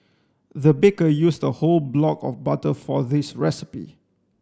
the baker used a whole block of butter for this recipe